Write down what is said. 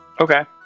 Okay